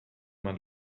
man